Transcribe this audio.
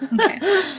Okay